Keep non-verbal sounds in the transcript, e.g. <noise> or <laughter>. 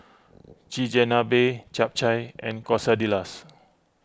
<noise> Chigenabe Japchae and Quesadillas